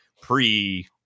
pre